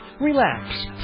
relax